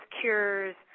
cures